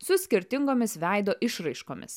su skirtingomis veido išraiškomis